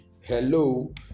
hello